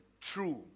true